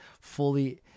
fully